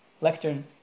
lectern